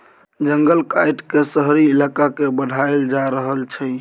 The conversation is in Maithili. जंगल काइट के शहरी इलाका के बढ़ाएल जा रहल छइ